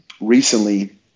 recently